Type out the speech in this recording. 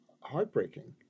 heartbreaking